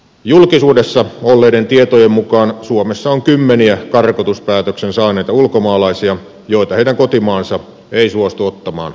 julkisuudessa olleiden tietojen mukaan suomessa on kymmeniä karkotuspäätöksen saaneita ulkomaalaisia joita heidän kotimaansa ei suostu ottamaan vastaan